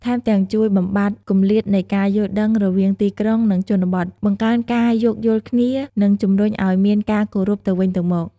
ថែមទាំង ជួយបំបាត់គម្លាតនៃការយល់ដឹងរវាងទីក្រុង និងជនបទ បង្កើនការយោគយល់គ្នា និងជំរុញឱ្យមានការគោរពទៅវិញទៅមក។